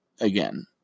again